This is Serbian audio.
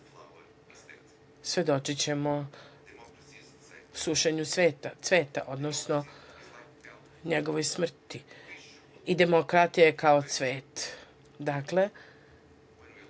svedočićemo sušenju cveta, odnosno njegovoj smrti. I demokratija je kao cvet.